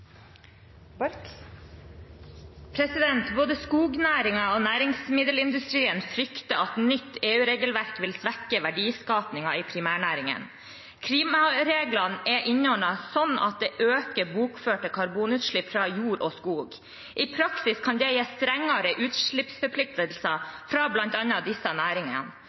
utgiftssiden. Både skognæringen og næringsmiddelindustrien frykter at et nytt EU-regelverk vil svekke verdiskapingen i primærnæringene. Klimareglene er innordnet sånn at de øker bokførte karbonutslipp fra jord og skog. I praksis kan